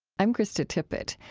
i'm krista tippett.